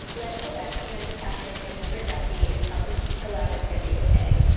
let's go back to younger kathryn and younger jessi and tell them to chill out. it's going to be okay.